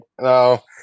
No